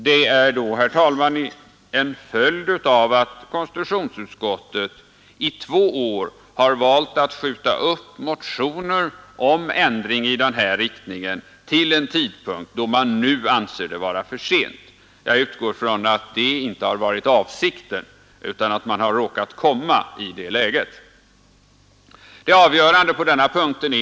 Det är då, herr talman, en följd av att konstitutionsutskottet i två år har valt att skjuta upp motioner om ändring i den här riktningen till en tidpunkt när man anser det vara för sent. Jag utgår från att det inte har varit avsikten utan att man har råkat komma i det läget. emellertid: Vill man skapa rättvisa?